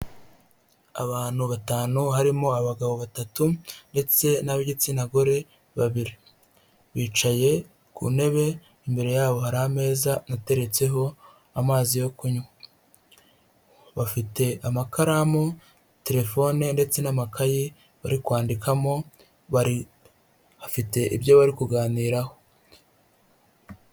Abantu batanu harimo abagabo batatu ndetse n'ab'igitsina gore babiri bicaye ku ntebe, imbere yabo hari ameza ateretseho amazi yo kunywa, bafite amakaramu terefone ndetse n'amakaye bari kwandikamo bafite ibyo bari kuganiraho.